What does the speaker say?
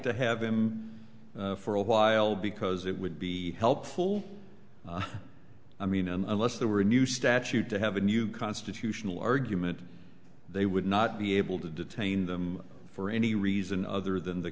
to have them for a while because it would be helpful i mean unless there were a new statute to have a new constitutional argument they would not be able to detain them for any reason other than the